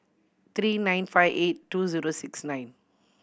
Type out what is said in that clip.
three nine five eight two zero six nine